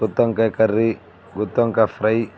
గుత్తొంకాయ curry గుత్తొంకాయ fry